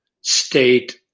state